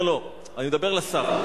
לא, אני מדבר לשר.